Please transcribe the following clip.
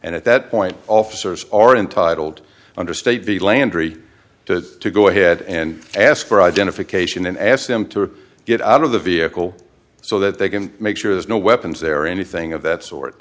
and at that point officers are entitled under state the landry to go ahead and ask for identification and ask them to get out of the vehicle so that they can make sure there's no weapons there anything of that sort